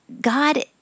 God